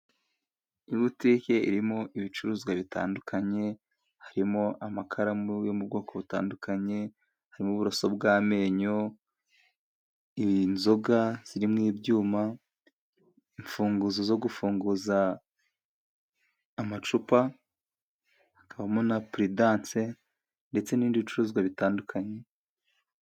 Ibutike irimo ibicuruzwa bitandukanye harimo amakaramu yo mu bwoko butandukanye ,harimo uburoso bw'amenyo, inzoga zirimo ibyuma, imfunguzo zo gufunguza amacupa, hakabamo na puridanse ndetse n'ibindi bicuruzwa bitandukanye.